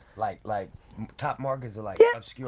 like like top markets or like yeah obscure